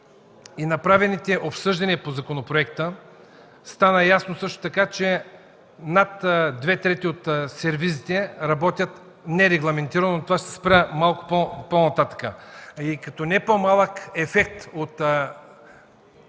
и направените обсъждания по законопроекта стана ясно също така, че над две трети от сервизите работят нерегламентирано. На това ще се спра малко по-нататък. Като не по-малък ефект от